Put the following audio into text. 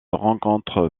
rencontre